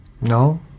no